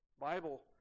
Bible